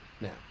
now